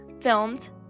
filmed